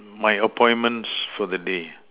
my appointment for the day